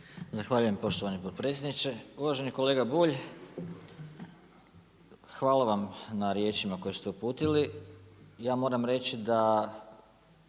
Zahvaljujem poštovani potpredsjedniče. Uvaženi kolega Bulj, hvala vam na riječima koje ste uputili, ja moram reći da,